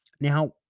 Now